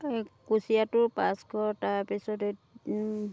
কুছিয়াটো পাঁচশ তাৰপিছত এইটো